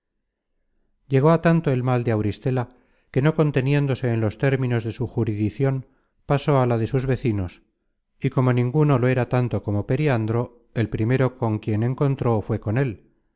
llegó á tanto el mal de auristela que no conteniéndose en los términos de su juridicion pasó á la de sus vecinos y como ninguno lo era tanto como periandro el primero con quien encontró fué con él